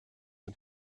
and